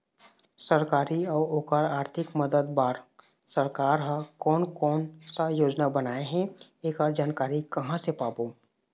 सरकारी अउ ओकर आरथिक मदद बार सरकार हा कोन कौन सा योजना बनाए हे ऐकर जानकारी कहां से पाबो?